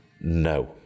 No